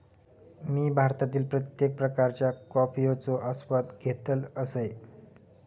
मी भारतातील प्रत्येक प्रकारच्या कॉफयेचो आस्वाद घेतल असय